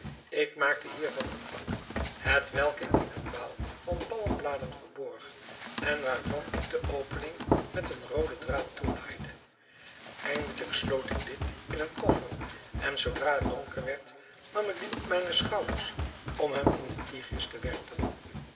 ik maakte hiervan een pak hetwelk ik in eene baal van palmbladen verborg en waarvan ik de opening met een rooden draad toenaaide eindelijk sloot ik dit in een koffer en zoodra het donker werd nam ik dien op mijne schouders om hem in den tigris te werpen